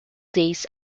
days